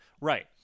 right